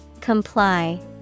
Comply